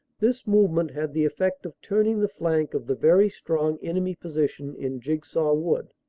this move ment had the effect of turning the flank of the very strong enemy position in jigsaw wood,